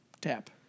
tap